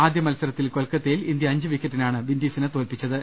ആദ്യമത്സരത്തിൽ കൊൽക്കത്തയിൽ ഇന്ത്യ അഞ്ചു വിക്കറ്റിനാണ് വിൻഡീസിനെ തോല്പിച്ചത്